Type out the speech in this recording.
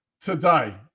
today